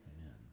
Amen